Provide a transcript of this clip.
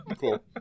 Cool